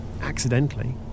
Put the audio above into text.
accidentally